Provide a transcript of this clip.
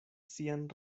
sian